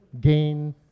Gain